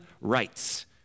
rights